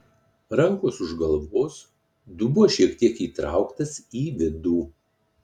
rankos už galvos dubuo šiek tiek įtrauktas į vidų